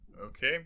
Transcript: Okay